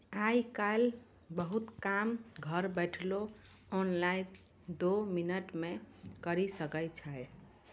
आय काइल बहुते काम घर बैठलो ऑनलाइन दो मिनट मे करी सकै छो